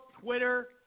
Twitter